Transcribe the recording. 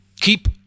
Keep